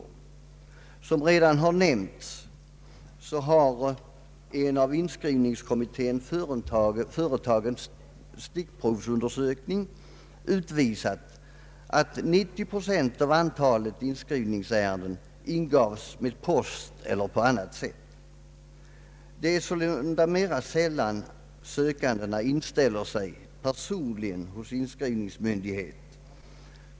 Såsom redan har nämnts visar en av inskrivningskommittén företagen stick provsundersökning att 90 procent av antalet inskrivningsärenden ingavs med post eller genom ombud. Det är sålunda mera sällan sökandena inställer sig personligen hos inskrivningsmyndighet.